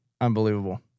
Unbelievable